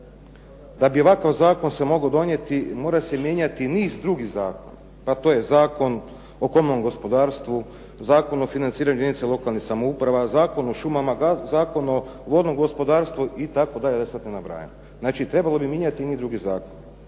da bi ovakav zakon se mogao donijeti mora se mijenjati niz drugih zakona, pa to je Zakon o komunalnom gospodarstvu, Zakon o financiranju jedinica lokalnih samouprava, Zakon o šumama, Zakon o vodnom gospodarstvu itd., da sada to ne nabrajam. Znači trebalo bi mijenjati i niz drugih zakona.